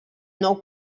nou